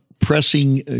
pressing